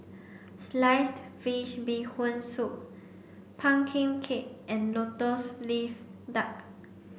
sliced fish bee hoon soup pumpkin cake and lotus leaf duck